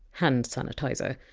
hand sanitizer!